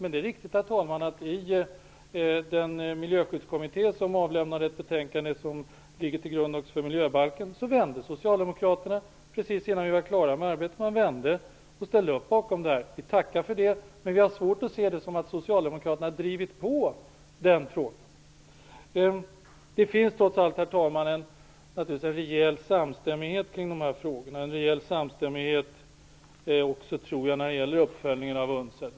Men när det gällde Miljöskyddskommittén, vars betänkande ligger till grund för miljöbalken, så vände Socialdemokraterna och ställde upp bakom förslagen precis innan vi var klara med arbetet. Vi tackar för det, men vi har svårt att se detta som att Socialdemokraterna driver på frågan. Det finns trots allt en rejäl samstämmighet kring dessa frågor och även när det gäller uppföljningen av UNCED.